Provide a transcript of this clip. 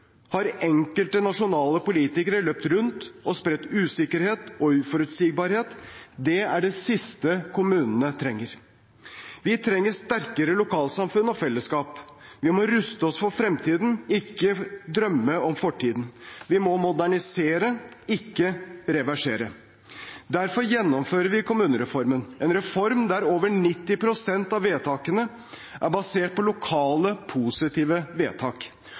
har enkelte nasjonale politikere løpt rundt og spredt usikkerhet og uforutsigbarhet. Det er det siste kommunene trenger. Vi trenger sterkere lokalsamfunn og fellesskap. Vi må ruste oss for fremtiden, ikke drømme om fortiden. Vi må modernisere, ikke reversere. Derfor gjennomfører vi kommunereformen – en reform der over 90 pst. av vedtakene er basert på lokale positive vedtak,